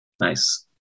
Nice